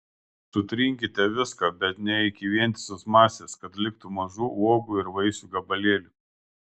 sutrinkite viską bet ne iki vientisos masės kad liktų mažų uogų ir vaisių gabalėlių